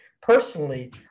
personally